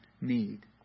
need